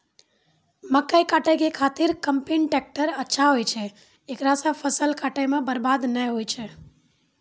मकई काटै के खातिर कम्पेन टेकटर अच्छा होय छै ऐकरा से फसल काटै मे बरवाद नैय होय छै?